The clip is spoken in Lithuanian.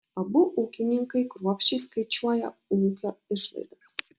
abu ūkininkai kruopščiai skaičiuoja ūkio išlaidas